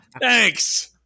thanks